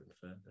further